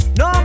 no